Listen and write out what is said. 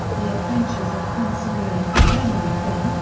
the adventures of con sawyer and hucklemary finn,